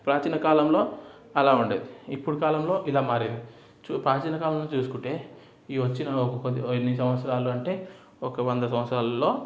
ప్రాచీనకాలంలో అలా ఉండేది ఇప్పుడు కాలంలో ఇలా మారింది చు ప్రాచీనకాలం చూసుకుంటే ఈ వచ్చిన ఒక పది ఓ ఇన్ని సంవత్సరాలు అంటే ఒక వంద సంవత్సరాల్లో